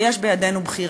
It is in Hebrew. ויש בידנו בחירה: